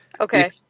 Okay